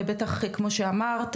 ובטח כמו שאמרת,